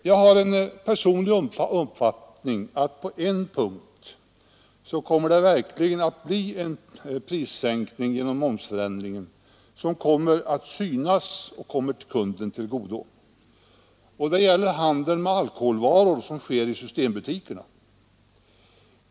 Jag har den personliga uppfattningen att på en punkt så kommer det verkligen att bli en prissänkning genom momsändringen som kommer att synas och som kommer kunden till godo. Det gäller den handel med alkoholvaror som sker i systembutikerna.